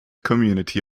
community